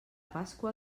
pasqua